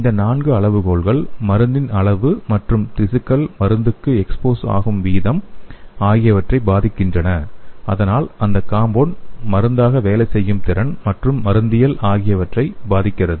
இந்த நான்கு அளவுகோல்கள் மருந்தின் அளவு மற்றும் திசுக்கள் மருந்துக்கு எக்ஸ்போஸ் ஆகும் வீதம் ஆகியவற்றை பாதிக்கின்றன இதனால் அந்த காம்பவுண்ட் மருந்தாக வேலை செய்யும் திறன் மற்றும் மருந்தியல் ஆகியவற்றை பாதிக்கிறது